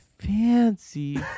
fancy